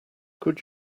could